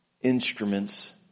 instruments